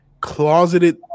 closeted